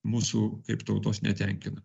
mūsų kaip tautos netenkina